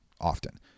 often